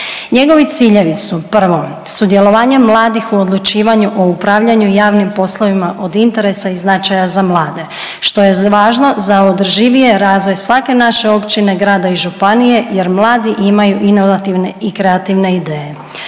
Njegovi ciljevi su, prvo, sudjelovanje mladih u odlučivanju o upravljanju javnim poslovima od interesa i značaja za mlade, što je važno za održiviji razvoj svake naše općine, grada i županije jer mladi imaju inovativne i kreativne ideje.